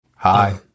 Hi